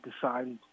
decided